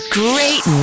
great